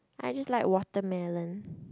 I just like watermelon